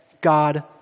God